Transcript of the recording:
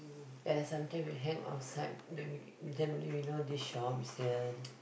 there's something we hang outside then we can only we know this shop is here